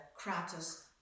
kratos